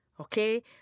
okay